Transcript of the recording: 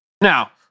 Now